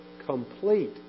complete